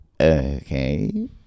okay